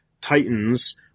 Titans